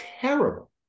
terrible